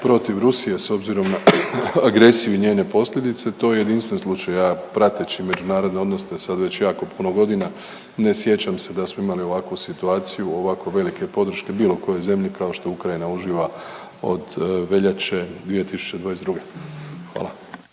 protiv Rusije s obzirom na agresiju i njene posljedice to je jedinstven slučaj. A prateći međunarodne odnose sad već jako puno godina ne sjećam se da smo imali ovakvu situaciju ovakve velike podrške bilo kojoj zemlji kao što Ukrajina uživa od veljače 2022.. Hvala.